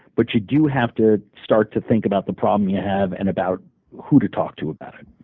but you do have to start to think about the problem you have and about who to talk to about it.